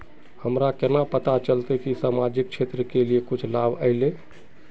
हमरा केना पता चलते की सामाजिक क्षेत्र के लिए कुछ लाभ आयले?